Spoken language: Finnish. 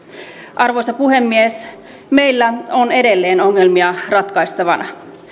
arvoisa puhemies meillä on edelleen ongelmia ratkaistavana